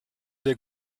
der